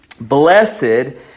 Blessed